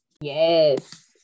Yes